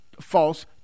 false